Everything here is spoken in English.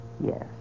Yes